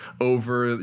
over